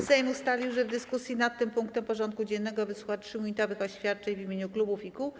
Sejm ustalił, że w dyskusji nad tym punktem porządku dziennego wysłucha 3-minutowych oświadczeń w imieniu klubów i kół.